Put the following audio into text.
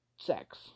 sex